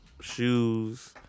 shoes